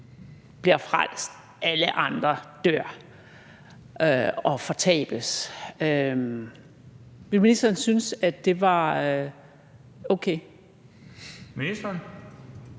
bliver frelst, alle andre dør og fortabes«? Ville ministeren synes, at det var okay? Kl.